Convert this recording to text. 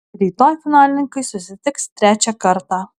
rytoj finalininkai susitiks trečią kartą